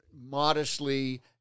modestly